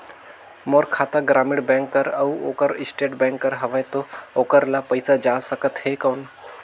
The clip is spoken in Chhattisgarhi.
मोर खाता ग्रामीण बैंक कर अउ ओकर स्टेट बैंक कर हावेय तो ओकर ला पइसा जा सकत हे कौन?